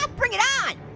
ah bring it on!